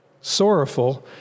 Sorrowful